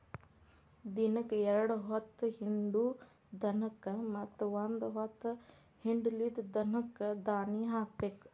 ದಿನಕ್ಕ ಎರ್ಡ್ ಹೊತ್ತ ಹಿಂಡು ದನಕ್ಕ ಮತ್ತ ಒಂದ ಹೊತ್ತ ಹಿಂಡಲಿದ ದನಕ್ಕ ದಾನಿ ಹಾಕಬೇಕ